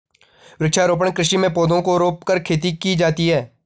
वृक्षारोपण कृषि में पौधों को रोंपकर खेती की जाती है